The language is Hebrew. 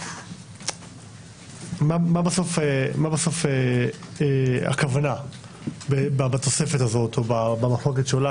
מה בסוף הכוונה בתוספת הזאת או במחלוקת שעולה